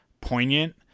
poignant